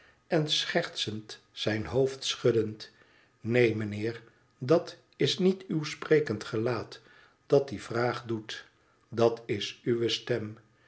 en schertsend zijn hoofd schuddende neen meneer dat is niet uw sprekend gelaat dat die vraag doet dat is uwe stem